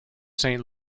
saint